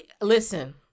listen